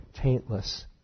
taintless